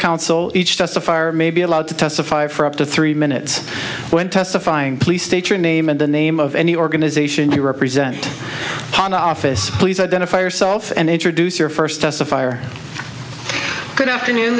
counsel each testify or maybe allowed to testify for up to three minutes when testifying please state your name and the name of any organization you represent office please identify yourself and introduce your first testifier good afternoon